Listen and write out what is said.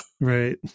Right